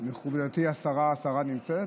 מכובדתי השרה, השרה נמצאת?